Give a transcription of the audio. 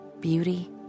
beauty